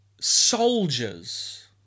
soldiers